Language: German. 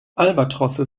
albatrosse